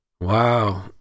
Wow